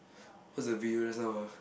what's the previous sound ah